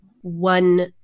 one